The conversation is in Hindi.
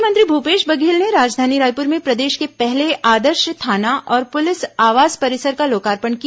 मुख्यमंत्री भूपेश बघेल ने राजधानी रायपुर में प्रदेश के पहले आदर्श थाना और पुलिस आवास परिसर का लोकार्पण किया